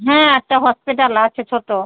হ্যাঁ একটা হসপিটাল আছে ছোট